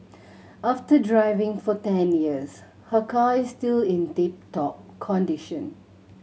after driving for ten years her car is still in tip top condition